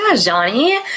Johnny